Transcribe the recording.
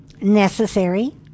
Necessary